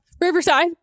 Riverside